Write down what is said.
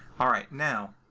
ah right. now,